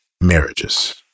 marriages